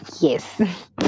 Yes